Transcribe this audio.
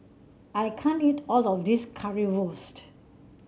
I can't eat all of this Currywurst